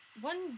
one